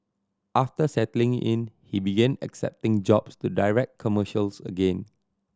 after settling in he began accepting jobs to direct commercials again